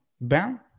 Ben